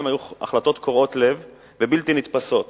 הן היו החלטות קורעות לב ובלתי נתפסות